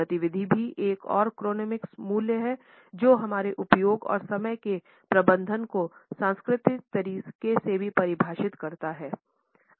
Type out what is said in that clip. गतिविधि भी एक और क्रोनेमिक्स मूल्य है जो हमारे उपयोग और समय के प्रबंधन को सांस्कृतिक तरीके से भी परिभाषित करता है